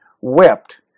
wept